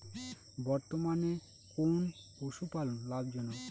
বর্তমানে কোন পশুপালন লাভজনক?